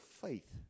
faith